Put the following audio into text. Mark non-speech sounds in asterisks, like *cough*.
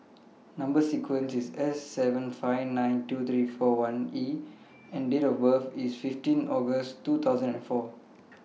Number sequence IS S seven five nine two three four one E *noise* and Date of birth IS fifteen August two thousand and four